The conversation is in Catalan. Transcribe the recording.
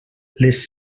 les